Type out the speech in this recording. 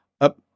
up